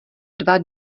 dva